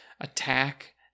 attack